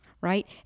Right